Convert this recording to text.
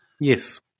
Yes